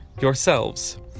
Yourselves